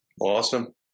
Awesome